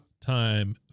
time